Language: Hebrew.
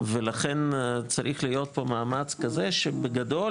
ולכן צריך להיות פה מאמץ כזה שבגדול,